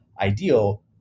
ideal